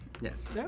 yes